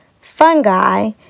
fungi